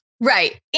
Right